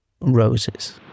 Roses